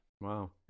Wow